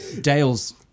Dale's